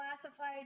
classified